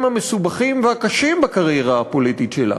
המסובכים והקשים בקריירה הפוליטית שלה,